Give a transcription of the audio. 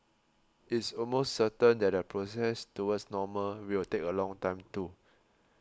it's almost certain that the process towards normal will take a long time too